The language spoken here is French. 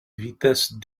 vitesse